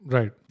Right